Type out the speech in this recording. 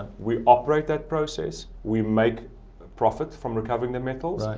we operate that process, we make a profit from recovering the metals.